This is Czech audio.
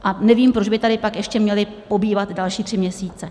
A nevím, proč by tady pak ještě měli pobývat další tři měsíce.